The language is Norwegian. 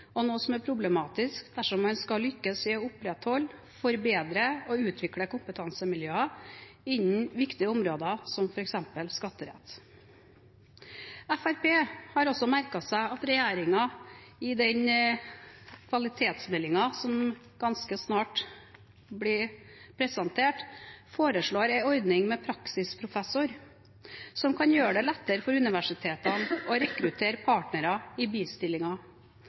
noe som er problematisk dersom en skal lykkes i å opprettholde, forbedre og utvikle kompetansemiljøer innen viktige områder, som f.eks. skatterett. Fremskrittspartiet har også merket seg at regjeringen i den kvalitetsmeldingen som ganske snart blir presentert, foreslår en ordning med praksisprofessor, som kan gjøre det lettere for universitetene å rekruttere partnere